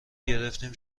گرفتیم